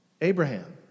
Abraham